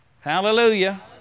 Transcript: Hallelujah